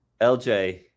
lj